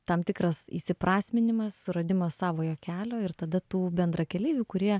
tam tikras įsiprasminimas suradimas savojo kelio ir tada tų bendrakeleivių kurie